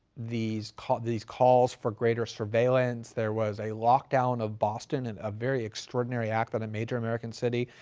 these calls these calls for greater surveillance, there was a lockdown of boston in a very extraordinary act on a major american city,